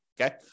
okay